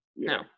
No